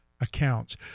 accounts